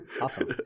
Awesome